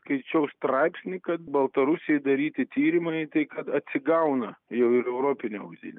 skaičiau straipsnį kad baltarusijoj daryti tyrimai tai kad atsigauna jau ir europinė audinė